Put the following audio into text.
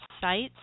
sites